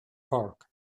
park